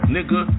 Nigga